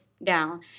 down